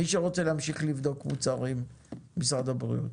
מי שרוצה להמשיך לבדוק מוצרים על ידי משרד הבריאות,